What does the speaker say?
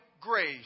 grace